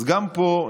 אז גם פה,